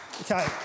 Okay